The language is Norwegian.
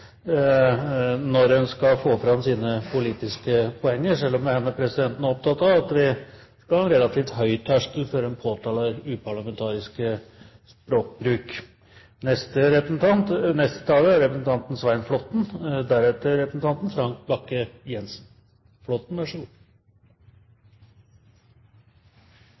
når en skal få fram sine politiske poenger, selv om denne presidenten er opptatt av at en skal ha en relativt høy terskel før en påtaler uparlamentarisk språkbruk. Når man blir eldre, husker man dårligere. Dette er